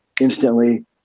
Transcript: instantly